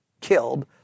killed